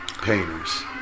painters